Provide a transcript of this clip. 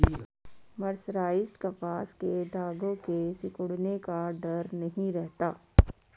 mercerised कपास के धागों के सिकुड़ने का डर नहीं रहता